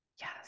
Yes